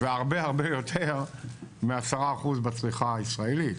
והרבה יותר מ-10% בצריכה הישראלית.